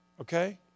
okay